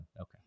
Okay